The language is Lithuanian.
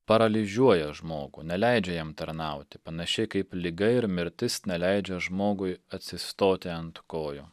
paralyžiuoja žmogų neleidžia jam tarnauti panašiai kaip liga ir mirtis neleidžia žmogui atsistoti ant kojų